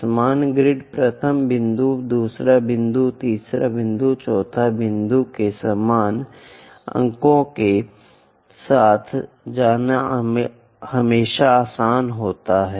समान ग्रिड प्रथम बिंदु दूसरे बिंदु तीसरे बिंदु चौथे बिंदु के समान अंकों के साथ जाना हमेशा आसान होता है